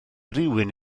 rywun